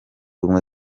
ubumwe